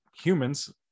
humans